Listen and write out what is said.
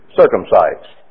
circumcised